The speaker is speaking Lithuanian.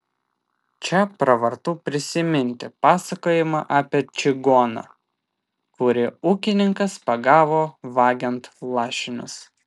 čia pravartu prisiminti pasakojimą apie čigoną kurį ūkininkas pagavo vagiant lašinius